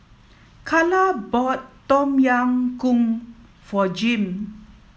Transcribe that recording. Kala bought Tom Yam Goong for Jim